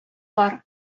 бар